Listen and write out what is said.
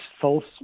false